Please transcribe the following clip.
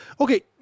okay